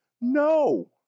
No